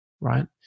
right